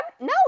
No